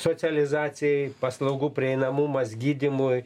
socializacijai paslaugų prieinamumas gydymui